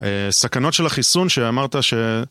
סכנות של החיסון שאמרת ש...